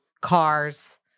cars